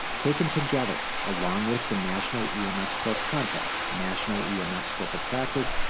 taken together, along with the national ems core content, national ems scope of practice,